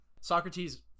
Socrates